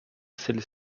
celle